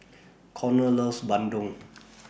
Conner loves Bandung